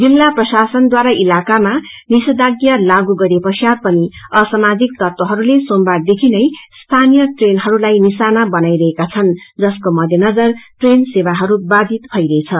जिल्ला प्रशासनद्वारा इलाकामा निषेघाज्ञा लागू गरिएपश्चात् पनि आसामाजिक तत्वहरूले सोमबारदेखि नै स्थानीय ट्रेनहरूलाई निशाना बनाइरहेका छन् जसको मध्यनजर ट्रेन सेवाहरू बाधित भइरहे छ